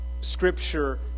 Scripture